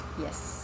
Yes